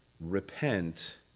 repent